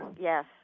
Yes